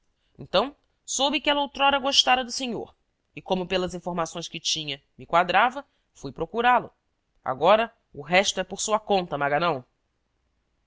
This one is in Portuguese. então soube que ela outrora gostara do senhor e como pelas informações que tinha me quadrava fui procurálo agora o resto é por sua conta maganão